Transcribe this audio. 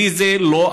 בלי זה, לא.